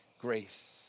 grace